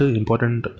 important